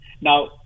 now